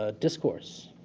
ah discourse,